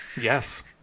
Yes